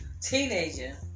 teenager